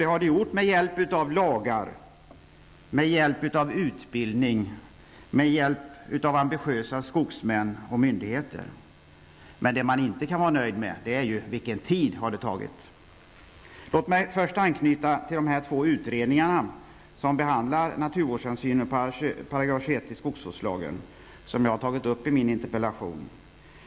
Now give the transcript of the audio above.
Det har det gjort med hjälp av lagar och utbildning och med hjälp av ambitiösa skogsmän och myndigheter. Men det man inte kan vara nöjd med är den tid det har tagit. Låt mig först anknyta till de två utredningar som behandlar naturvårdshänsynen i 21 § skogsvårdslagen, som jag har tagit upp i min interpellation.